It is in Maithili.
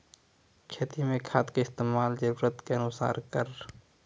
खेती मे खाद के इस्तेमाल जरूरत के अनुसार करऽ